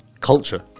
culture